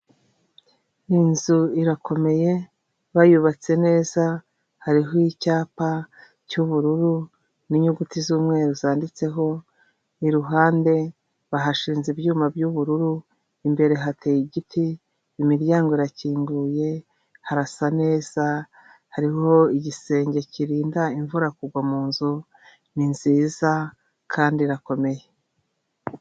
Inzu irakomeye, bayubatse neza, hariho icyapa cy'ubururu n'inyuguti z'umweru zanditseho, iruhande bahashinze ibyuma by'ubururu, imbere hateye igiti, imiryango irakinguye, harasa neza, hariho igisenge kirinda imvura kugwa mu nzu, ni nziza kandi irakomeye.